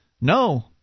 No